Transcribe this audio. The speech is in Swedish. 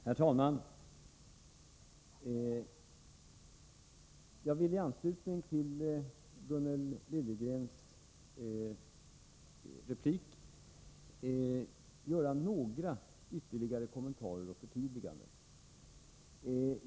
Herr talman! Jag vill i anslutning till Gunnel Liljegrens replik göra några ytterligare kommentarer och förtydliganden.